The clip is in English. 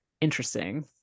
interesting